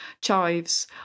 chives